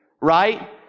right